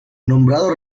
nombrado